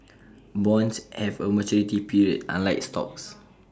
bonds have A maturity period unlike stocks